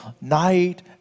night